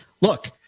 look